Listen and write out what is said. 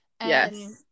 yes